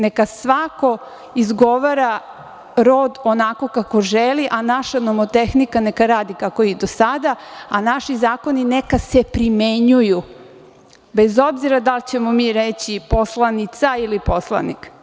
Neka svako izgovara rod onako kako želi, a naša nomotehnika neka radi kako je i do sada, a naši zakoni neka se primenjuju, bez obzira da li ćemo mi reći poslanica ili poslanik.